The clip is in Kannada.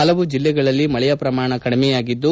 ಹಲವು ಜಿಲ್ಲೆಗಳಲ್ಲಿ ಮಳೆಯ ಪ್ರಮಾಣ ಕಡಿಮೆಯಾಗಿದ್ದು